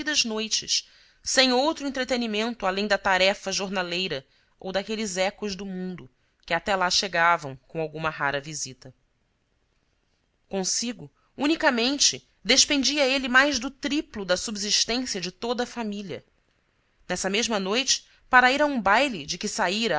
as compridas noites sem outro entretenimento além da tarefa jornaleira ou daqueles ecos do mundo que até lá chegavam com alguma rara visita consigo unicamente despendia ele mais do triplo da subsistência de toda a família nessa mesma noite para ir a um baile de que saíra